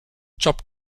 chopped